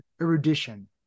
erudition